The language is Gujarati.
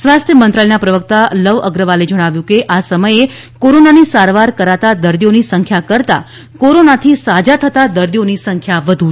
સ્વાથ્ય મંત્રાયલના પ્રવક્તા લવ અગ્રવાલે જણાવ્યું કે આ સમયે કોરોનાની સારવાર કરાતા દર્દીઓની સંખ્યા કરતાં કોરોનાથી સાજા થતા દર્દીઓની સંખ્યા વધુ છે